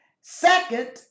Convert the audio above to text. Second